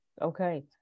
Okay